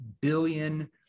billion